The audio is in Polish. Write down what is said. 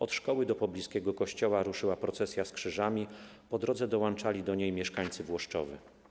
Od szkoły do pobliskiego kościoła ruszyła procesja z krzyżami, po drodze dołączali do niej mieszkańcy Włoszczowy.